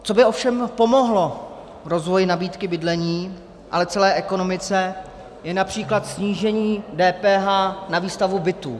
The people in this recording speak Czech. Co by ovšem pomohlo rozvoji nabídky bydlení, ale i celé ekonomice, je například snížení DPH na výstavbu bytů.